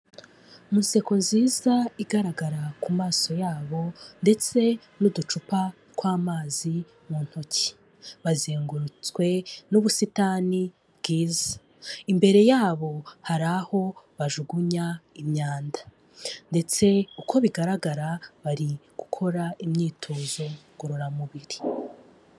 Mu nseko nziza igaragara ku maso yabo ndetse n'uducupa tw'amazi mu ntoki, bazengurutswe n'ubusitani bwiza. Imbere yabo hari aho bajugunya imyanda ndetse uko bigaragara bari gukora imyitozo ngororamubiri.